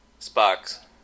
Spock